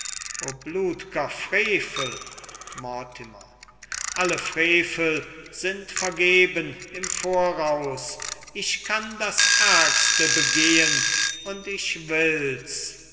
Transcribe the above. blut'ger frevel mortimer alle frevel sind vergeben im voraus ich kann das ärgste begehen und ich will's